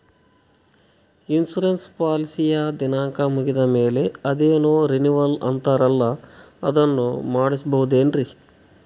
Insurance ಪಾಲಿಸಿಯ ದಿನಾಂಕ ಮುಗಿದ ಮೇಲೆ ಅದೇನೋ ರಿನೀವಲ್ ಅಂತಾರಲ್ಲ ಅದನ್ನು ಮಾಡಿಸಬಹುದೇನ್ರಿ?